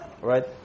right